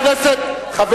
הוא